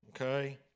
Okay